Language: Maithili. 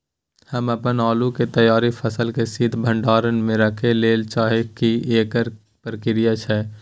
हम अपन आलू के तैयार फसल के शीत भंडार में रखै लेल चाहे छी, एकर की प्रक्रिया छै?